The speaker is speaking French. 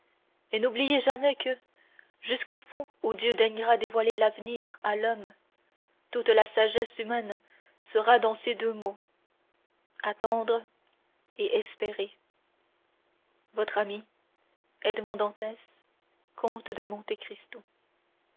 et n'oubliez jamais que jusqu'au jour où dieu daignera dévoiler l'avenir à l'homme toute la sagesse humaine sera dans ces deux mots attendre et espérer votre ami edmond dantes comte de